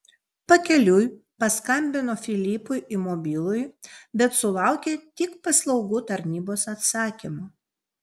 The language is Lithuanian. pakeliui paskambino filipui į mobilųjį bet sulaukė tik paslaugų tarnybos atsakymo